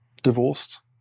divorced